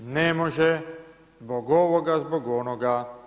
Ne može zbog ovoga, zbog onoga.